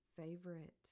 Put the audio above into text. favorite